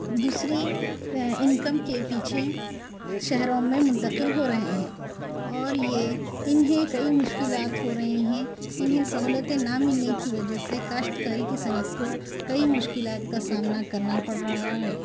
دوسری انکم کے پیچھے شہروں میں منتقل ہو رہے ہیں اور یہ انہیں کئی مشکلات ہو رہی ہیں انہیں سہولتیں نہ ملنے کی وجہ سے کاشتکاری کی صنعت کو کئی مشکلات کا سامنا کرنا پڑ رہا ہے